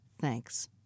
Thanks